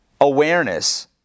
awareness